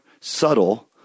subtle